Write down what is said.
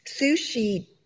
sushi